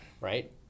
Right